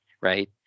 right